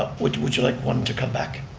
ah would would you like one to come back?